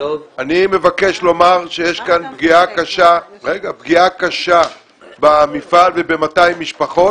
אני מבקש לומר שיש כאן פגיעה קשה במפעל וב-200 משפחות